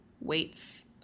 weights